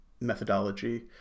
methodology